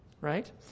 Right